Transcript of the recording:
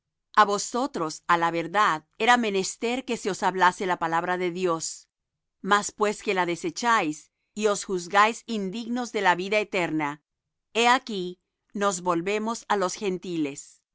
a vosotros á la verdad era menester que se os hablase la palabra de dios mas pues que la desecháis y os juzgáis indignos de la vida eterna he aquí nos volvemos á los gentiles